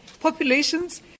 populations